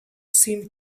seemed